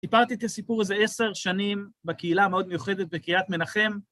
סיפרתי את הסיפור איזה עשר שנים בקהילה המאוד מיוחדת בקריאת מנחם.